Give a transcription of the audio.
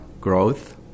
growth